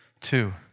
Two